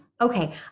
okay